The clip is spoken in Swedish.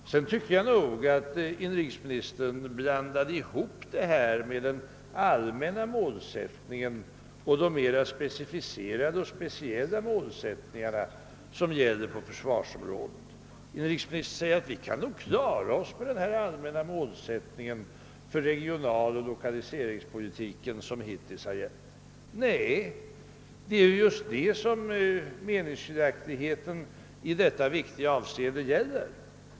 Vidare tycker jag att inrikesministern blandade samman den allmänna målsättningen och de mera speciella målsättningar som gäller på försvarsområdet. Inrikesministern säger, att vi kan nog klara oss med den allmänna målsättning för regionaloch lokaliseringspolitiken som hittills har gällt. Men det är just det som meningsskiljaktigheterna i detta viktiga avseende gäller.